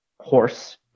horse